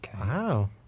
Wow